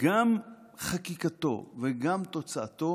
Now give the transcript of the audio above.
שגם חקיקתו וגם תוצאתו